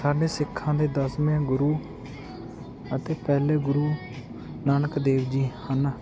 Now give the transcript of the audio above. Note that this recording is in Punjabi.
ਸਾਡੇ ਸਿੱਖਾਂ ਦੇ ਦਸਵੇਂ ਗੁਰੂ ਅਤੇ ਪਹਿਲੇ ਗੁਰੂ ਨਾਨਕ ਦੇਵ ਜੀ ਹਨ